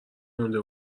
مونده